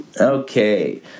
Okay